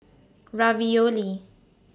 Ravioli